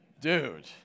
dude